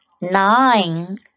nine